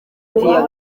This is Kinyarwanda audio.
rwa